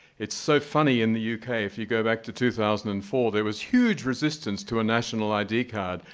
it's so funny, in the u k, if you go back to two thousand and four, there was huge resistance to a national i d. card.